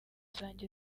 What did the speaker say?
zanjye